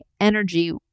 energy